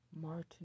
Martin